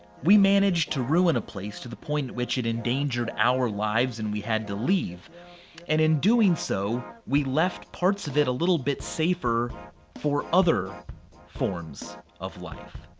we managed to ruin a place to the point at which it endangered our lives and we had to leave and in doing so we left parts of it a little bit safer for other forms of life.